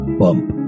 bump